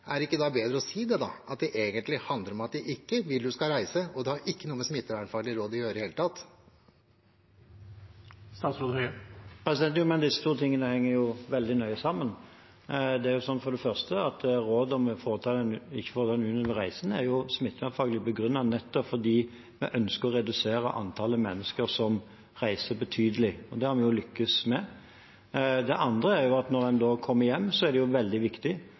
Er det ikke bedre å si det da, at det egentlig handler om at vi ikke vil at du skal reise, og det har ikke noe med smittevernfaglige råd å gjøre i det hele tatt? Men disse to tingene henger jo veldig nøye sammen. Det er for det første slik at rådet om ikke å foreta en unødvendig reise er smittevernfaglig begrunnet, nettopp fordi vi ønsker å redusere antallet mennesker som reiser, betydelig. Det har vi jo lykkes med. Det andre er at når en kommer hjem, er det veldig viktig